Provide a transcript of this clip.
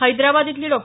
हैदराबाद इथली डॉ